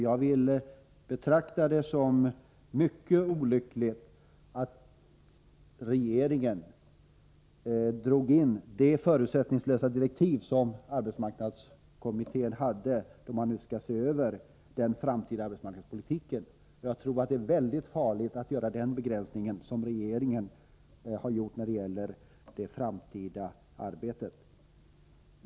Jag vill betrakta det som mycket olyckligt att regeringen drog in de förutsättningslösa direktiv som arbetsmarknadskommittén hade fått för att se över den framtida arbetsmarknadspolitiken. Jag tror att det är mycket farligt att göra den begränsning som regeringen har gjort när det gäller det framtida arbetet.